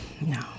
No